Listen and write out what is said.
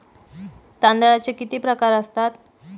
तांदळाचे किती प्रकार असतात?